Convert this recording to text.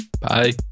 Bye